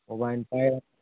mobile ꯄꯥꯏꯔ